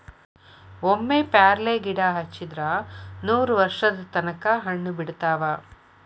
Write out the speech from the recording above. ಒಮ್ಮೆ ಪ್ಯಾರ್ಲಗಿಡಾ ಹಚ್ಚಿದ್ರ ನೂರವರ್ಷದ ತನಕಾ ಹಣ್ಣ ಬಿಡತಾವ